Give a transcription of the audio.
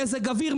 מזג אוויר,